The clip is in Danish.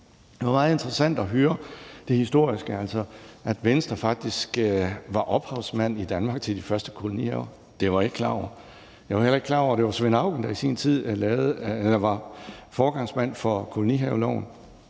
Det var meget interessant at høre det historiske, altså at Venstre faktisk var ophavsmand i Danmark til de første kolonihaver. Det var jeg ikke klar over. Jeg var heller ikke klar over, at det var Svend Auken, der i sin tid var foregangsmand for kolonihaveloven.